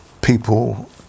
people